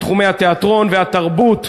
בתחומי התיאטרון והתרבות,